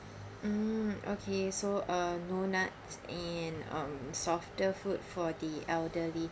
mm okay so uh no nuts and um softer food for the elderly